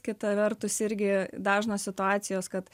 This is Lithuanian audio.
kita vertus irgi dažnos situacijos kad